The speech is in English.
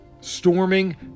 storming